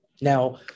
Now